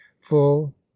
full